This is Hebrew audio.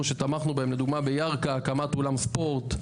שתמכנו בהם לדוגמה בירכא הקמת אולם ספורט,